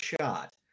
shot